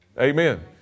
Amen